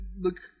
look